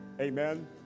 Amen